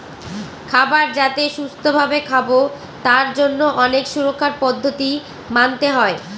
খাবার যাতে সুস্থ ভাবে খাবো তার জন্য অনেক সুরক্ষার পদ্ধতি মানতে হয়